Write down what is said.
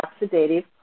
oxidative